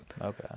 okay